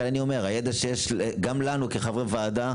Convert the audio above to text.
גם הידע שיש לנו כחברי ועדה,